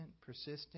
persistent